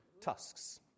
tusks